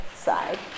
side